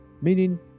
meaning